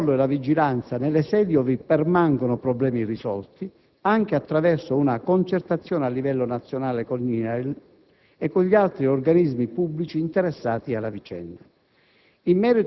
il controllo e la vigilanza nelle sedi ove permangono problemi irrisolti, anche attraverso una concertazione a livello nazionale con l'INAIL e con gli altri organismi pubblici interessati alla vicenda.